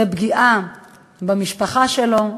זו פגיעה במשפחה שלו,